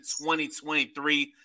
2023